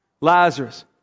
Lazarus